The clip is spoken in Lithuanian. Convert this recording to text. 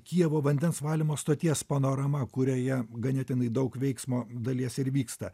kijevo vandens valymo stoties panorama kurioje ganėtinai daug veiksmo dalies ir vyksta